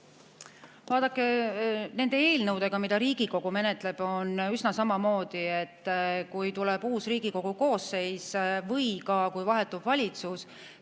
Vaadake, nende eelnõudega, mida Riigikogu menetleb, on üsna samamoodi, et kui tuleb uus Riigikogu koosseis või kui vahetub valitsus,